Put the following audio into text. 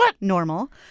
normal